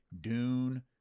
dune